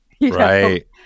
Right